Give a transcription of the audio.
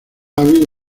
hábil